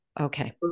Okay